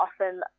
often